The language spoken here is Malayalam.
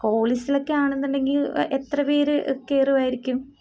കോളിസിലൊക്കെ ആണെന്നുണ്ടെങ്കിൽ എത്ര പേര് കയറുമായിരിക്കും